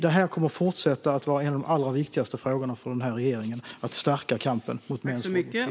Det kommer att fortsätta vara en av de allra viktigaste frågorna för den här regeringen att stärka kampen mot mäns våld mot kvinnor.